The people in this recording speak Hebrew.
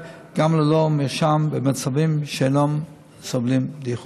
גם ללא מרשם במצבים שאינם סובלים דיחוי.